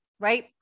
right